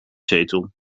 zetel